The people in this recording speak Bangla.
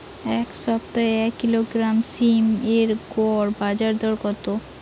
এই সপ্তাহে এক কিলোগ্রাম সীম এর গড় বাজার দর কত?